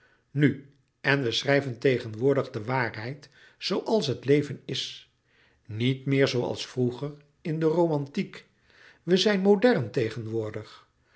nu en we schrijven tegenwoordig de waarheid zooals het leven is niet meer zooals vroeger in de romantiek we zijn modern tegenwoordig